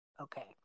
Okay